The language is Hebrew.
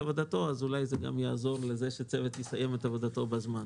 עבודתו אז אולי זה גם יעזור לכך שהצוות יסיים את עבודתו בזמן,